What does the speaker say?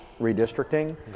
redistricting